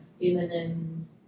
feminine